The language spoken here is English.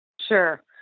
Sure